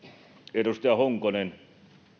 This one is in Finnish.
edustaja honkonen